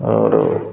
और